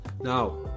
Now